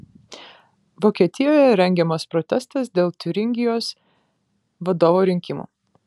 vokietijoje rengiamas protestas dėl tiuringijos vadovo rinkimų